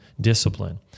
discipline